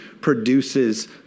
produces